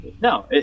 no